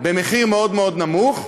במחיר מאוד מאוד נמוך,